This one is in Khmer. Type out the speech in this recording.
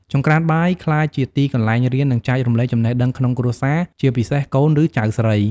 ចង្ក្រានបាយក្លាយជាទីកន្លែងរៀន និងចែករំលែកចំណេះដឹងក្នុងគ្រួសារ ជាពិសេសកូន ឬចៅស្រី។